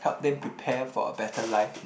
help them prepare for a better life